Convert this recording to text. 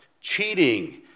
cheating